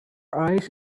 eyes